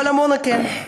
אבל עמונה כן,